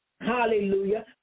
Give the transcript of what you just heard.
Hallelujah